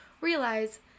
realize